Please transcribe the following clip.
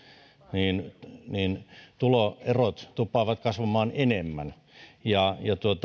tuloerot tuppaavat kasvamaan enemmän